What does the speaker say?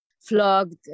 flogged